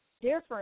different